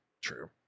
true